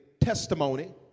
testimony